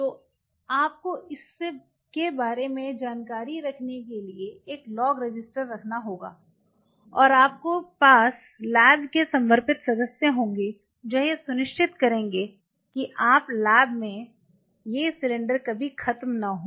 तो आपको इसके बारे में जानकारी रखने के लिए एक लॉग रजिस्टर रखना होगा और आपके पास लैब के समर्पित सदस्य होंगे जो यह सुनिश्चित करेंगे कि आपकी लैब में ये सिलिंडर कभी ख़त्म न हों